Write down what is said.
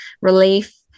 relief